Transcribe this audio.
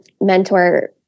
mentor